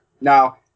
Now